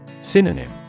Synonym